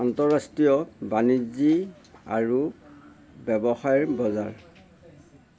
আন্তঃৰাষ্ট্ৰীয় বাণিজ্যি আৰু ব্যৱসায়ৰ বজাৰ